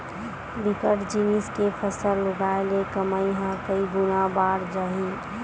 बिकट जिनिस के फसल उगाय ले कमई ह कइ गुना बाड़ जाही